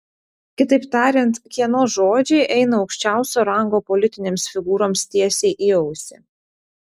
kitaip tariant kieno žodžiai eina aukščiausio rango politinėms figūroms tiesiai į ausį